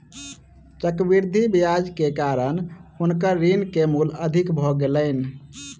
चक्रवृद्धि ब्याज के कारण हुनकर ऋण के मूल अधिक भ गेलैन